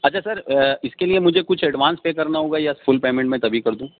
اچھا سر اس کے لیے مجھے کچھ ایڈوانس پے کرنا ہوگا یا فل پیمنٹ میں تبھی کر دوں